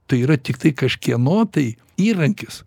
tai yra tiktai kažkieno tai įrankis